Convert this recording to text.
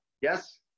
Yes